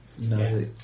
No